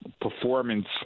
performance